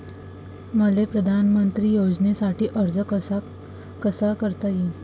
मले पंतप्रधान योजनेसाठी अर्ज कसा कसा करता येईन?